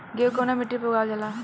गेहूं कवना मिट्टी पर उगावल जाला?